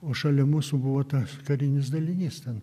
o šalia mūsų buvo tas karinis dalinys ten